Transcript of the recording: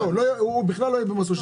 זהו, הוא בכלל לא יהיה במסלול של אג"ח.